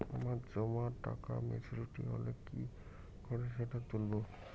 আমার জমা টাকা মেচুউরিটি হলে কি করে সেটা তুলব?